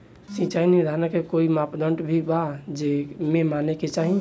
सिचाई निर्धारण के कोई मापदंड भी बा जे माने के चाही?